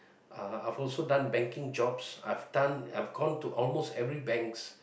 I've also done banking jobs I've done I've gone to almost every banks